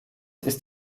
ist